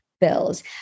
bills